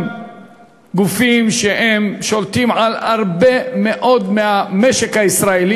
גופים ששולטים על הרבה מאוד מהמשק הישראלי,